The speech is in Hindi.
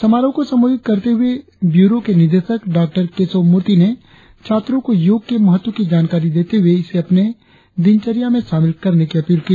समारोह को संबोधित करते ब्यूरो के निदेशक डॉ केशवमूर्ति ने छात्रों को योग के महत्व की जानकारी देते हुए इसे अपने दिनचर्या में शामिल करने की अपील की